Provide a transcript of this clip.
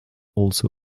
also